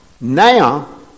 Now